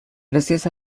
gracias